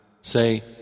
Say